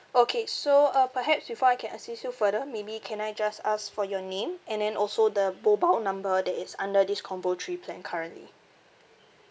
okay so uh perhaps before I can assist you further maybe can I just ask for your name and then also the mobile number that is under this combo three plan currently